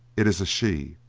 it is a she.